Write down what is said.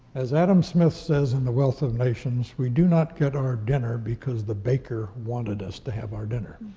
as adam smith says in the wealth of nations, we do not get our dinner because the baker wanted us to have our dinner.